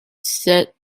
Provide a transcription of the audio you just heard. said